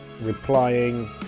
replying